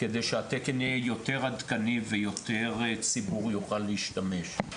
כדי שהתקן יהיה יותר עדכני ויותר ציבור יוכל להשתמש במתקנים.